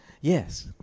Yes